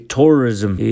Tourism